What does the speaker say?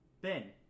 Ben